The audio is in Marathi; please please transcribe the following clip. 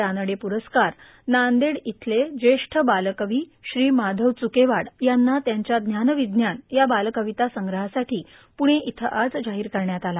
रानडे प्रस्कार नांदेड इथल्या ज्येष्ठ बालकवी श्री माधव च्केवाड यांना त्यांच्या ज्ञान र्ावज्ञान या बालर्कावता संग्रहासाठा पुणे इथं आज जाहिर करण्यात आला